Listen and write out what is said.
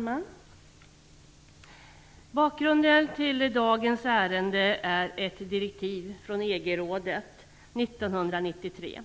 Fru talman! Bakgrunden till dagens ärende är ett direktiv från EG-rådet 1993.